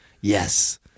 Yes